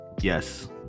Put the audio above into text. yes